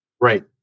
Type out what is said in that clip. Right